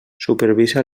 supervisa